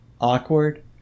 awkward